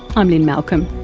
i'm lynne malcolm.